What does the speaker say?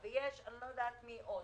התעסוקה.